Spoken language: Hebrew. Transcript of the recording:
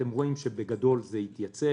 אתם רואים שבגדול זה התייצב.